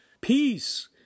Peace